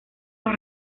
los